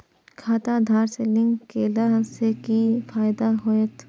खाता आधार से लिंक केला से कि फायदा होयत?